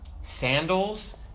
sandals